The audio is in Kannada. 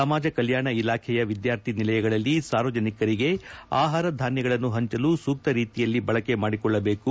ಸಮಾಜ ಕಲ್ವಾಣ ಇಲಾಖೆಯ ವಿದ್ವಾರ್ಥಿನಿಲಯಗಳಲ್ಲಿ ಸಾರ್ವಜನಿಕರಿಗೆ ಆಹಾರ ಧಾನ್ವಗಳನ್ನು ಪಂಚಲು ಸೂಕ್ತ ರೀತಿಯಲ್ಲಿ ಬಳಕೆ ಮಾಡಿಕೊಳ್ಳಬೇಕು